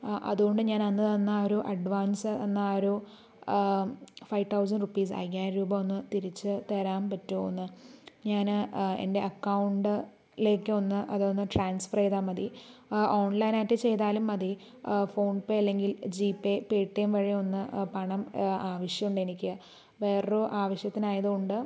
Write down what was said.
ആ അതുകൊണ്ട് ഞാൻ അന്ന് തന്ന ഒരു അഡ്വാൻസ് എന്ന ഒരു ഫൈവ് തൗസൻറ് റുപ്പീസ് അയ്യായിരം രൂപ ഒന്ന് തിരിച്ച് തരാൻ പറ്റുമോ ഒന്ന് ഞാൻ എൻ്റെ അക്കൗണ്ടിലേക്ക് ഒന്ന് അതൊന്ന് ട്രാൻസ്ഫർ ചെയ്താൽ മതി ഓൺലൈൻ ആയിട്ട് ചെയ്താലും മതി ഫോൺപേ അല്ലെങ്കിൽ ജിപേ പേടിഎം വഴിയോ ഒന്ന് പണം ആവിശ്യമുണ്ട് എനിക്ക് വേറൊരു ആവിശ്യത്തിന് ആയതുകൊണ്ട്